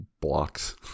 blocks